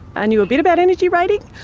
i knew a bit about energy ratings.